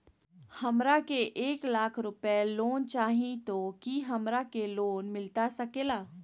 हमरा के एक लाख रुपए लोन चाही तो की हमरा के लोन मिलता सकेला?